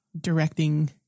directing